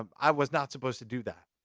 um i was not supposed to do that.